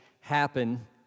happen